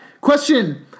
question